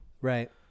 Right